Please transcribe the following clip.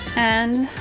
and,